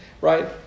Right